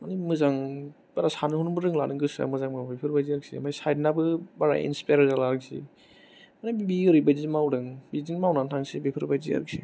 मानि मोजां बारा साननो हनोबो रोंला नों गोसोया मोजां बाबो बिफोरबादि आरखि आमफाय साइडनाबो बारा इन्सपायार जाला आरखि मानि बियो ओरैबादि मावदों बिदिनो मावनानै थांसिगोन बिफोर बादि आरखि